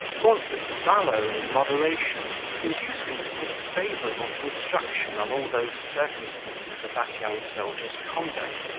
gauntlet's valour and moderation induced him to put a favourable construction on all those circumstances of that young soldier's conduct,